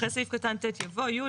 אחרי סעיף קטן ט' יבוא: י'.